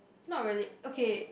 not really okay